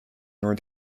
nor